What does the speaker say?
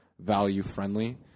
value-friendly